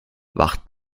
wacht